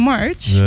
March